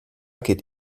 geht